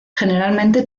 generalmente